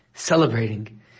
celebrating